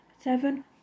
Seven